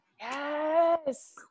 yes